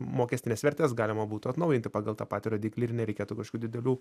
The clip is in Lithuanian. mokestines vertes galima būtų atnaujinti pagal tą patį rodiklį ir nereikėtų kažkių didelių